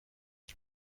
die